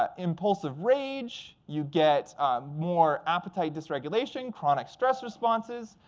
ah impulsive rage you get more appetite diregulation, chronic stress responses.